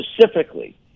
specifically